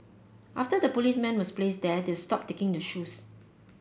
after the policeman was placed there they've stopped taking the shoes